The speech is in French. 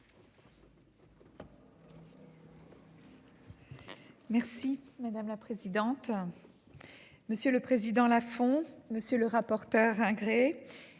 Merci madame la présidente. Monsieur le président, la font. Monsieur le rapporteur agréer.